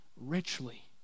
richly